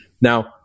Now